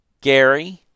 Gary